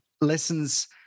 lessons